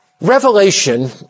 Revelation